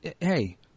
hey